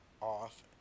off